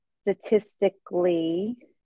statistically